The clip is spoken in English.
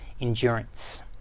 endurance